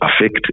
affect